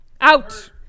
Out